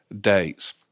days